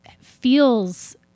feels